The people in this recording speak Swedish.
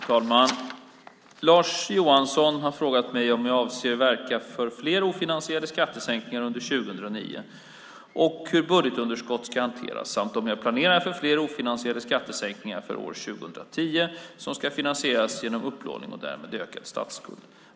Fru talman! Lars Johansson har frågat mig om jag avser att verka för fler ofinansierade skattesänkningar under 2009 och hur budgetunderskottet ska hanteras, samt om jag planerar fler ofinansierade skattesänkningar även för år 2010 som ska finansieras genom upplåning och därmed ökad statsskuld.